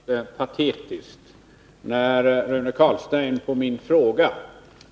Herr talman! Jag tycker att det var patetiskt när Rune Carlstein på min fråga,